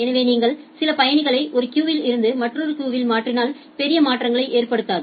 எனவே நீங்கள் சில பயணிகளை ஒரு கியூவில் இருந்து மற்றொரு கியூவில் மாற்றினால் பெரிய மாற்றங்களை ஏற்படுத்தாது